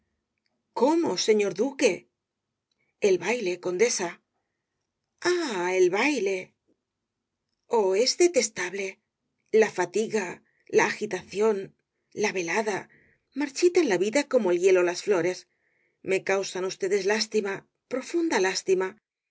cómo señor duque el baile condesa ah el baile i ís rosalía de castro oh es detestable la fatiga la agitación la velada marchitan la vida como el hielo las flores me causan ustedes lástima profunda lástima